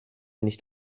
nicht